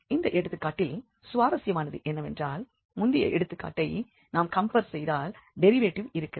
இந்த எடுத்துக்காட்டில் சுவாரசியமானது என்னவென்றால் முந்தின எடுத்துக்காட்டை நாம் கம்பேர் செய்தால் டெரிவேட்டிவ் இருக்கிறது